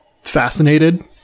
fascinated